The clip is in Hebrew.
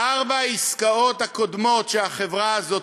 בארבע העסקאות הקודמות שהחברה הזאת,